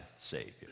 Savior